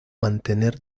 mantener